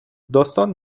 داستان